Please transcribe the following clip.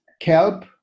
kelp